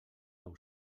nou